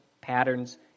patterns